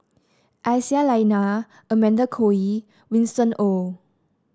Aisyah Lyana Amanda Koe Lee Winston Oh